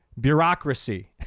bureaucracy